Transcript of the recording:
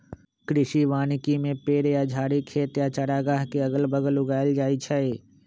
कृषि वानिकी में पेड़ या झाड़ी खेत या चारागाह के अगल बगल उगाएल जाई छई